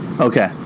Okay